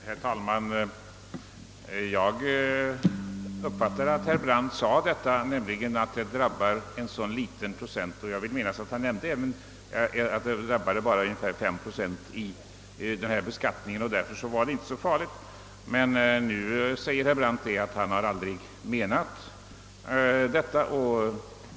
Herr talman! Jag uppfattade att herr Brandt sade att denna beskattning drabbar en så liten procent — jag vill minnas att han i sammanhanget nämnde siffran 5 procent — att det inte spelade så stor roll. Men nu säger herr Brandt att han inte menade det.